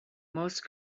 most